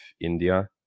India